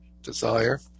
desire